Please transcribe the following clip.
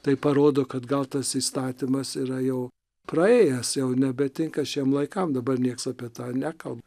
tai parodo kad gal tas įstatymas yra jau praėjęs jau nebetinka šiem laikam dabar nieks apie tą nekalba